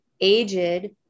aged